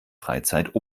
freizeit